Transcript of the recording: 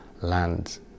land